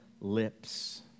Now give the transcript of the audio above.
lips